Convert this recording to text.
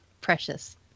precious